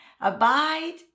Abide